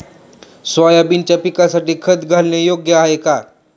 सोयाबीनच्या पिकासाठी खत घालणे योग्य आहे का?